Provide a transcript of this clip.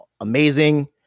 amazing